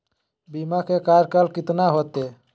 बीमा के कार्यकाल कितना होते?